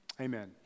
Amen